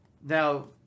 Now